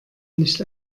nicht